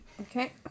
Okay